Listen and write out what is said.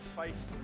faith